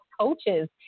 coaches